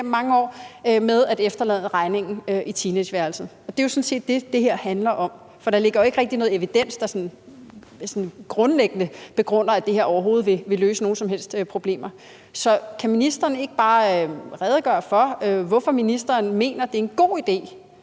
ved at efterlade regningen i teenageværelset. Og det er jo sådan set det, det her handler om, for der ligger ikke rigtig noget evidens, der sådan grundlæggende begrunder, at det her overhovedet vil løse nogen som helst problemer. Så kan ministeren ikke bare redegøre for, hvorfor ministeren mener, det er en god idé,